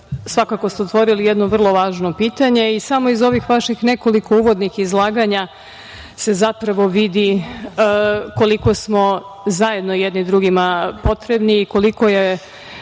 svakako ste otvorili jedno vrlo važno pitanje i samo iz ovih vaših nekoliko uvodnih izlaganja se zapravo vidi koliko smo zajedno jedni drugima potrebni i koliko je